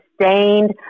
sustained